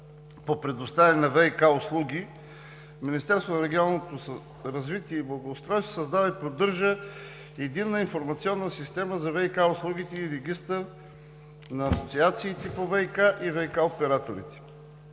по предоставяне на ВиК услуги, Министерството на регионалното развитие и благоустройството създава и поддържа Единна информационна система за ВиК услугите и Регистър на асоциациите по ВиК и ВиК операторите.